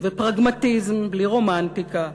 ופרגמטיזם בלי רומנטיקה.